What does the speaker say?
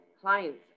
clients